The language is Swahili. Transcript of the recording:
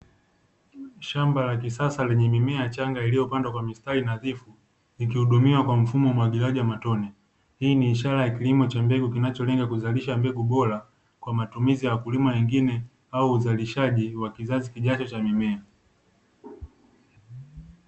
Shamba la kisasa lenye mimea changa iliyopandwa kwa mistari nadhifu ikihudumiwa kwa mfumo wa umwagiliaji wa matone, hii ni ishara ya kilimo cha mbegu kinacholenga kuzalisha mbegu bora kwa matumizi ya wakulima wengine au uzalishaji wa kizazi kijacho cha mimea.